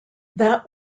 that